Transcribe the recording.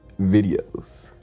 videos